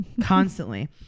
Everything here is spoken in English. Constantly